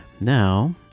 now